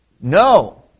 No